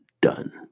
done